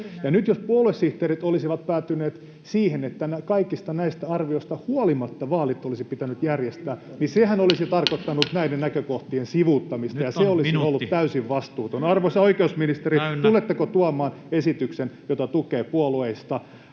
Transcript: nyt jos puoluesihteerit olisivat päätyneet siihen, että kaikista näistä arvioista huolimatta vaalit olisi pitänyt järjestää, [Jussi Halla-aho: Onpa pitkä minuutti! — Puhemies koputtaa] niin sehän olisi tarkoittanut näiden näkökohtien sivuuttamista... ...ja se olisi ollut täysin vastuutonta. Arvoisa oikeusministeri: tuletteko tuomaan esityksen, jota tukee puolueista